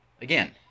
Again